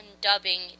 dubbing